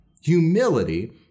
Humility